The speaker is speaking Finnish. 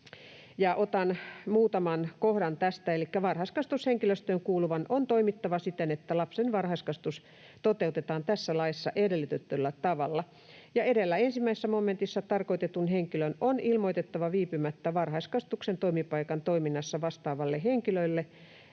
Otan muutaman kohdan tästä: ”Varhaiskasvatushenkilöstöön kuuluvan on toimittava siten, että lapsen varhaiskasvatus toteutetaan tässä laissa edellytetyllä tavalla. Edellä 1 momentissa tarkoitetun henkilön on ilmoitettava viipymättä varhaiskasvatuksen toimipaikan toiminnasta vastaavalle henkilölle,